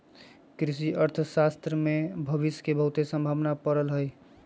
कृषि अर्थशास्त्र में भविश के बहुते संभावना पड़ल हइ